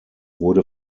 wurde